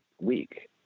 week